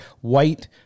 white